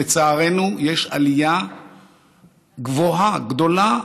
לצערנו יש עלייה גבוהה, גדולה,